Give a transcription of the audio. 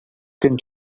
can